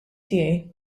tiegħi